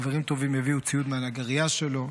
חברים טובים הביאו ציוד מהנגרייה שלו,